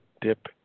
dip